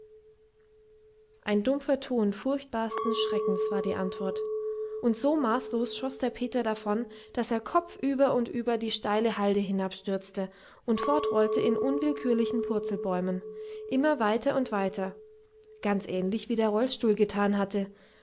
ein dumpfer ton furchtbarsten schreckens war die antwort und so maßlos schoß der peter davon daß er kopfüber und über die steile halde hinabstürzte und fortrollte in unwillkürlichen purzelbäumen immer weiter und weiter ganz ähnlich wie der rollstuhl getan hatte